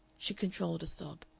she controlled a sob.